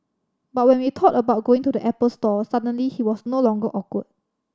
but when we thought about going to the Apple store suddenly he was no longer awkward